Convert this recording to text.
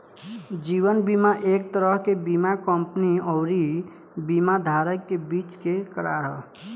जीवन बीमा एक तरह के बीमा कंपनी अउरी बीमा धारक के बीच के करार ह